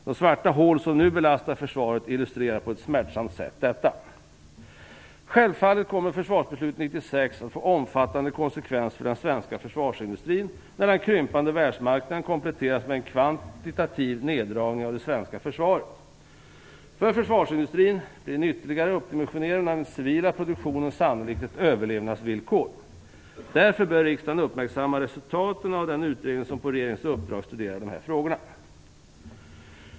De svarta hål som nu belastar försvaret illustrerar på ett smärtsamt sätt detta. Självfallet kommer försvarsbeslutet 1996 att få omfattande konsekvenser för den svenska försvarsindustrin när den krympande världsmarknaden kompletteras med en kvantitativ neddragning av det svenska försvaret. För försvarsindustrin blir en ytterligare uppdimensionering av den civila produktionen sannolikt ett överlevnadsvillkor. Därför bör riksdagen uppmärksamma resultaten av den utredning som på regeringens uppdrag studerar dessa frågor.